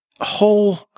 whole